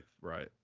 right